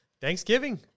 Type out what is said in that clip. Thanksgiving